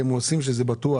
הם עושים שזה יהיה "בטוח".